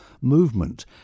movement